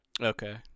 okay